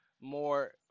more